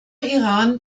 iran